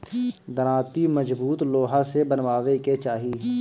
दराँती मजबूत लोहा से बनवावे के चाही